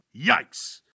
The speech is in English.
yikes